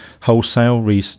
wholesale